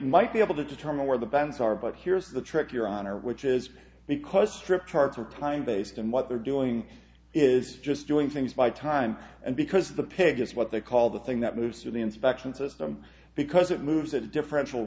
might be able to determine where the bands are but here's the trick your honor which is because stripped parts of time based on what they're doing is just doing things by time and because the pig is what they call the thing that moves to the inspection system because it moves a differential